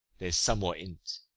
there s somewhat in t.